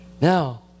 Now